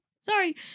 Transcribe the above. Sorry